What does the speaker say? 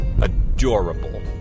adorable